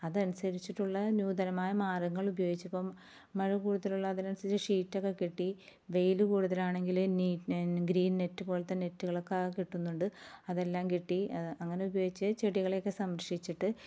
അത് അനുസരിച്ചിട്ടുള്ള നൂതനമായ മാർഗ്ഗങ്ങൾ ഉപയോഗിച്ചപ്പം മഴ കൂടുതലുള്ള അതിനനുസരിച്ച് ഷീറ്റൊക്കെ കെട്ടി വെയിൽ കൂടുതലാണെങ്കിൽ ഗ്രീൻ നെറ്റുപോലത്തെ നെറ്റുകളൊക്കെ കിട്ടുന്നുണ്ട് അതെല്ലാം കെട്ടി അങ്ങനെ ഉപയോഗിച്ച് ചെടികളെയൊക്കെ സംരക്ഷിച്ചിട്ട്